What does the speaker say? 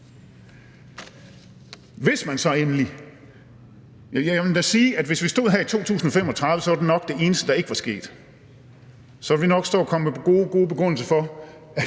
Hvis vi står her i 2035, er det nok det eneste, der ikke er sket. Og så vi vil nok stå og komme med gode begrundelser for,